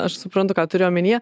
aš suprantu ką turi omenyje